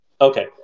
Okay